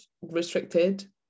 restricted